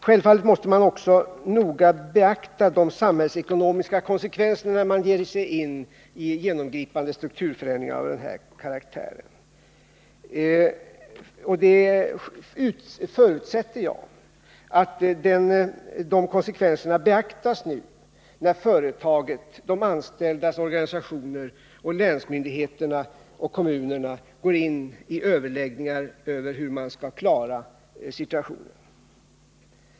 Självfallet måste man också noga beakta de samhällsekonomiska konsekvenserna när man ger sig in i genomgripande strukturförändringar av den här karaktären. Jag förutsätter att de konsekvenserna nu beaktas när företaget, de anställdas organisationer och länsmyndigheterna samt kommunerna går in i överläggningar om hur man skall klara situationen.